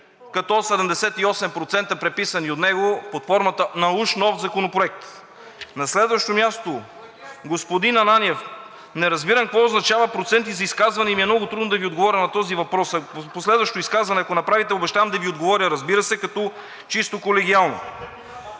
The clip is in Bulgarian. като 78% са преписани от него и са под формата на уж нов Законопроект. На следващо място, господин Ананиев, не разбирам какво означава проценти за изказване и ми е много трудно да отговоря на този въпрос, а последващо изказване, ако направите, обещавам да Ви отговоря, разбира се, чисто колегиално.